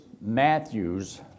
Matthew's